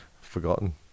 forgotten